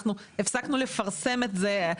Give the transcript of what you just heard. אנחנו הפסקנו לפרסם את זה.